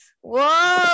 Whoa